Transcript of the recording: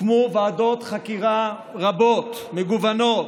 הוקמו ועדות חקירה רבות ומגוונות,